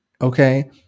Okay